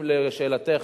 אם לשאלתך,